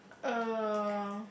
uh